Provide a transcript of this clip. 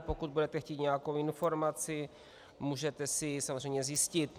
Pokud budete chtít nějakou informaci, můžete si ji samozřejmě zjistit.